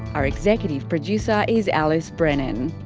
our executive producer is alice brennan.